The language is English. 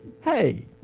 Hey